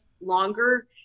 longer